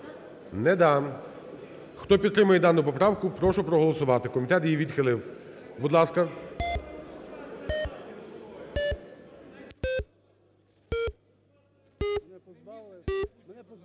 Крулька. Хто підтримує дану поправку, прошу проголосувати, комітет її відхилив, будь ласка.